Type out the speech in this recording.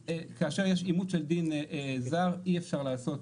כאשר יש אימוץ של דין זר אי אפשר לעשות